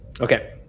Okay